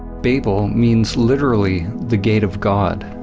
babel means literally the gate of god.